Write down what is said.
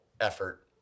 effort